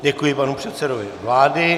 Děkuji panu předsedovi vlády.